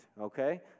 okay